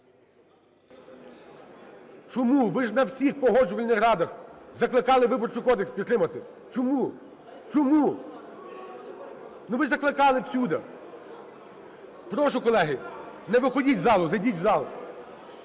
Чому? Ви ж на всіх погоджувальних радах закликали Виборчий кодекс підтримати. Чому? Чому? Ну ви ж закликали всюди! Прошу, колеги, не виходіть з зали, зайдіть в зал.